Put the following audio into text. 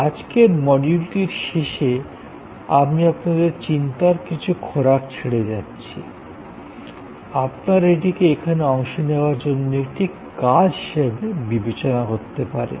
আজকের মডিউলটির শেষে আমি আপনাদের চিন্তার কিছু খোরাক ছেড়ে যাচ্ছি আপনারা এটিকে এখানে অংশ নেওয়ার জন্য একটি কাজ হিসাবে বিবেচনা করতে পারেন